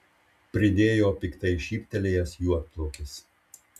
pridėjo piktai šyptelėjęs juodplaukis